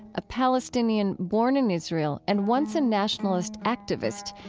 a palestinian born in israel and once a nationalist activist,